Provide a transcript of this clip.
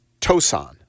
Tosan